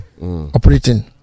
operating